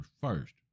first